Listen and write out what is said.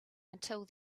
until